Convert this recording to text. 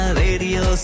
radio